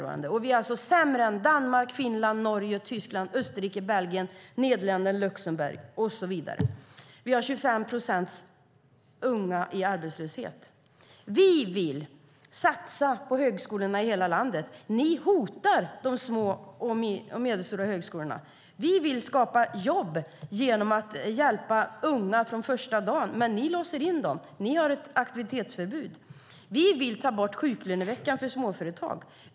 Vi är alltså sämre än Danmark, Finland, Norge, Tyskland, Österrike, Belgien, Nederländerna, Luxemburg och så vidare. Vi har 25 procent unga i arbetslöshet. Vi vill satsa på högskolorna i hela landet. Ni hotar de små och medelstora högskolorna. Vi vill skapa jobb genom att hjälpa unga från första dagen, men ni låser in dem. Ni har ett aktivitetsförbud. Vi vill ta bort sjuklöneveckan för småföretag.